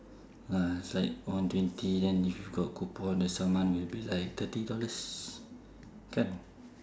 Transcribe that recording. ah it's like one twenty then if you got coupon the summon will be like thirty dollars kan